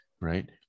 right